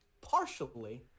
Partially